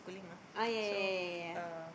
oh ya ya ya ya